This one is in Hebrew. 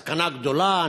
סכנה גדולה,